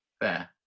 Fair